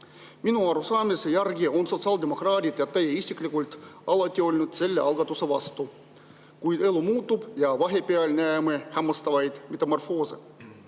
Minu arusaamise järgi on sotsiaaldemokraadid ja teie isiklikult alati olnud selle algatuse vastu. Kuid elu muutub ja vahepeal näeme hämmastavaid metamorfoose.